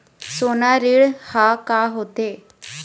सोना ऋण हा का होते?